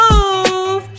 Move